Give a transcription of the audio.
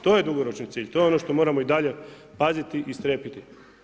To je dugoročni cilj, to je ono što moramo i dalje paziti i strepiti.